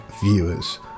viewers